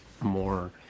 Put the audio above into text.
more